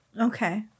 Okay